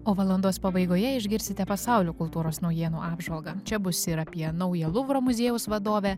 o valandos pabaigoje išgirsite pasaulio kultūros naujienų apžvalgą čia bus ir apie naują luvro muziejaus vadovę